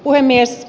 puhemies